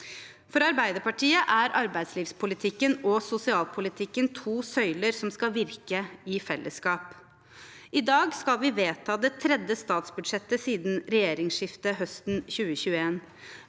For Arbeiderpartiet er arbeidslivspolitikken og sosialpolitikken to søyler som skal virke i fellesskap. I dag skal vi vedta det tredje statsbudsjettet siden regjeringsskiftet høsten 2021.